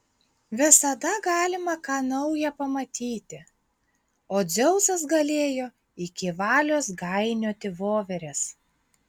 visada galima ką nauja pamatyti o dzeusas galėjo iki valios gainioti voveres